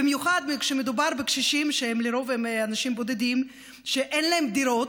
במיוחד כשמדובר בקשישים שלרוב הם אנשים בודדים שאין להם דירות,